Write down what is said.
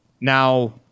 Now